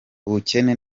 ubukene